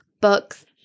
books